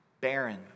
barren